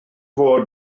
fod